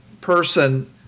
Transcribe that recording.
person